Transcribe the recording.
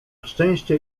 szczęście